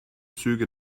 züge